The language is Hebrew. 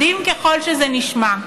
מדהים ככל שזה נשמע,